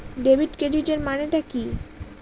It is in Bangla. ডেবিট ক্রেডিটের মানে টা কি?